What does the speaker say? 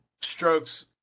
strokes